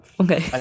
okay